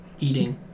eating